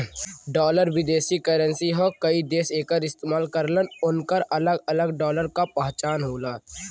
dollar विदेशी currency हौ कई देश एकर इस्तेमाल करलन उनकर अलग अलग डॉलर क पहचान होला